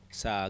sa